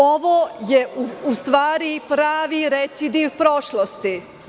Ovo je, u stvari, pravi recidiv prošlosti.